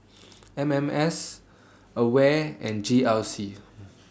M M S AWARE and G R C